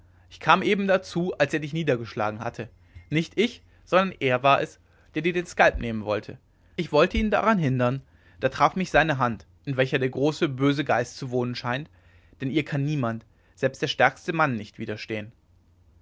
ich kam eben dazu als er dich niedergeschlagen hatte nicht ich sondern er war es der dir den skalp nehmen wollte ich wollte ihn daran hindern da traf mich seine hand in welcher der große böse geist zu wohnen scheint denn ihr kann niemand selbst der stärkste mann nicht widerstehen